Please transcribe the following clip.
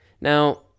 Now